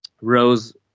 Rose